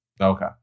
Okay